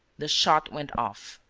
the shot went off.